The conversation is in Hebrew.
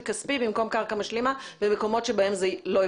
כספי במקום קרקע משלימה במקומות בהם זה לא אפשרי.